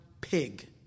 pig